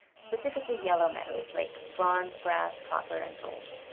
specifically yellow metals like bronze, brass, copper, and gold.